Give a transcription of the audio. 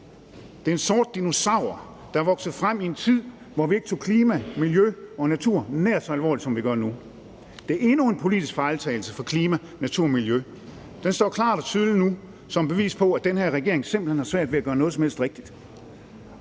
Det er en sort dinosaur, der vokser frem i en tid, hvor vi ikke tog klima, miljø og natur nær så alvorligt, som vi gør nu. Det er endnu en politisk fejltagelse for klima, natur og miljø. Den står klart og tydeligt nu som bevis på, at den her regering simpelt hen har svært ved at gøre noget som helst rigtigt.